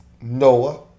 noah